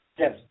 Yes